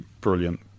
brilliant